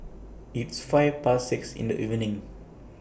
its five Past six in The evening